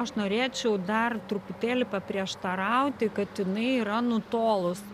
aš norėčiau dar truputėlį paprieštarauti kad jinai yra nutolus